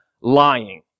lying